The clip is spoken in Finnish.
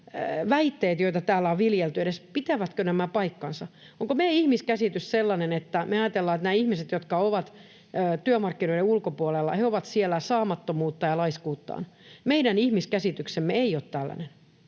nämä väitteet, joita täällä on viljelty, edes paikkansa. Onko meidän ihmiskäsitys sellainen, että me ajatellaan, että nämä ihmiset, jotka ovat työmarkkinoiden ulkopuolella, ovat siellä saamattomuuttaan ja laiskuuttaan? Meidän ihmiskäsityksemme ei ole tällainen,